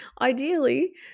ideally